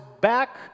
back